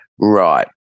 right